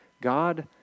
God